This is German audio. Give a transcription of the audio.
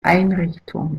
einrichtung